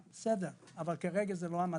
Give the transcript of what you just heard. כרגע זה לא המצב.